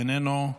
איננו,